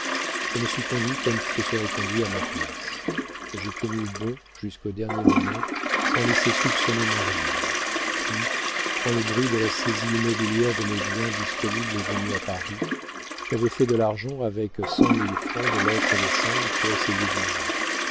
je me suis conduit comme tu te serais conduit à ma place j'ai tenu bon jusqu'au dernier moment sans laisser soupçonner ma ruine puis quand le bruit de la saisie immobilière de mes biens disponibles est venu à paris j'avais fait de l'argent avec cent mille francs de lettres de change pour essayer du jeu